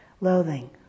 loathing